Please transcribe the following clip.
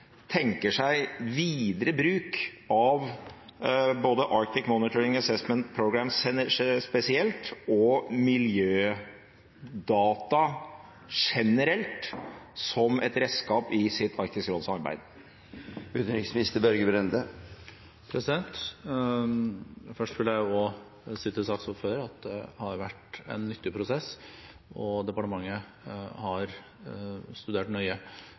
tenker seg videre bruk av både Arctic Monitoring and Assessment Programme spesielt og miljødata generelt som et redskap i sitt Arktisk råd-samarbeid? Først vil jeg også si til saksordføreren at det har vært en nyttig prosess, og departementet har studert nøye